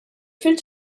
fil